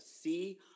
see